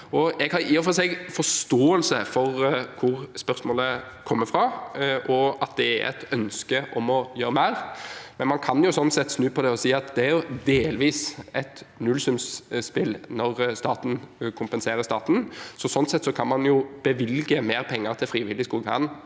Jeg har i og for seg forståelse for hvor spørsmålet kommer fra, og at det er et ønske om å gjøre mer, men man kan snu på det og si at det delvis er et nullsumspill når staten kompenserer staten. Sånn sett kan man bevilge mer penger til frivillig skogvern,